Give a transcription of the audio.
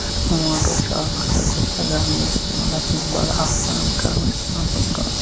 motor چھُ آز اَکثر بیشتر گرن منٛز اِستعمال گژھان یہِ چھُ بَڑٕ آسان کران اِنسان سٔنز کٲم